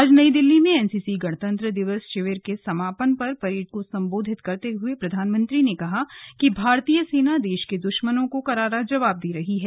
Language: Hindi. आज नई दिल्ली में एनसीसी गणतंत्र दिवस शिविर के समापन परेड को संबोधित करते हुए प्रधानमंत्री ने कहा कि भारतीय सेना देश के द्श्मनों को करारा जवाब दे रही है